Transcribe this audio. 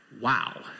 wow